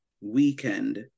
weekend